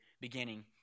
Beginning